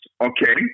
okay